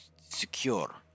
secure